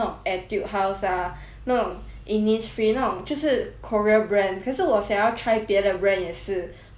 那种 Innisfree 那种就是 korea brand 可是我想要 try 别的 brand 也是 like what kind of brand do you recommend